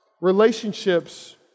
relationships